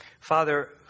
Father